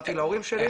סיפרתי להורים שלי.